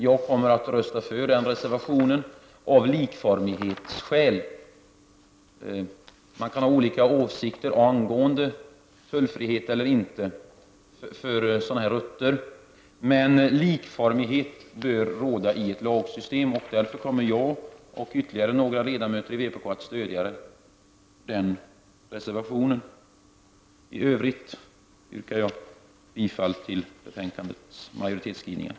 Jag kommer att rösta för den reservationen, av likformighetsskäl. Man kan ha olika åsikter om tullfrihet eller inte på sådana rutter. Men likformighet bör råda i ett lagsystem, och därför kommer jag och ytterligare några ledamöter i vpk att rösta för denna reservation. I övrigt yrkar jag bifall till hemställan i betänkandet.